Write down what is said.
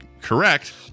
correct